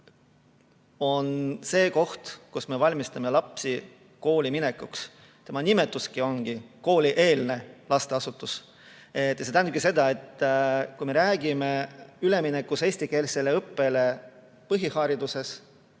on see koht, kus me valmistame lapsi ette kooli minekuks. Tema nimetus ongi koolieelne lasteasutus. See tähendab seda, et kui me räägime üleminekust eestikeelsele õppele põhihariduses,